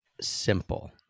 simple